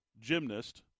gymnast